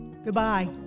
Goodbye